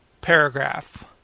paragraph